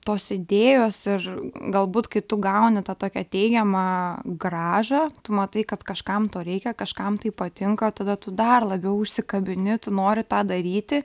tos idėjos ir galbūt kai tu gauni tą tokią teigiamą grąžą tu matai kad kažkam to reikia kažkam tai patinka tada tu dar labiau užsikabini tu nori tą daryti